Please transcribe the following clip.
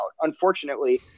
Unfortunately